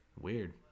weird